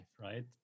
right